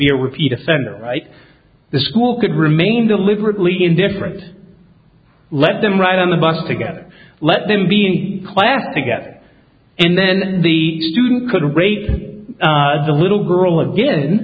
be a repeat offender right the school could remain deliberately indifferent let them ride on the bus together let them be any class to get in then the student could rape the little girl again